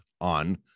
on